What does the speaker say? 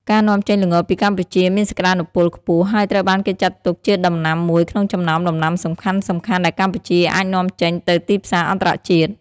ការនាំចេញល្ងពីកម្ពុជាមានសក្ដានុពលខ្ពស់ ហើយត្រូវបានគេចាត់ទុកជាដំណាំមួយក្នុងចំណោមដំណាំសំខាន់ៗដែលកម្ពុជាអាចនាំចេញទៅទីផ្សារអន្តរជាតិ។